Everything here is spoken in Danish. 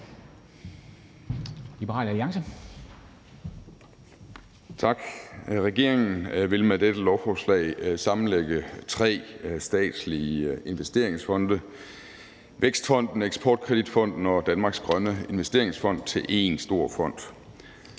Tak. Regeringen vil med dette lovforslag sammenlægge tre statslige investeringsfonde, Vækstfonden, EKF Danmarks Eksportkredit og Danmarks Grønne Investeringsfond, til én stor fond.